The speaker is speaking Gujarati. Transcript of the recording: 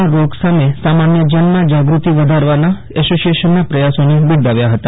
ના રોગ સામે સમાન્યજનમાં જાગૃતિ વધારવાના એસોસીયેશનના પ્રયાસોને બિરદાવ્યા હતા